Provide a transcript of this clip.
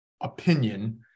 opinion